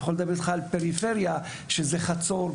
אני יכול לדבר איתך על פריפריה שזה חצור,